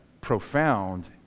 profound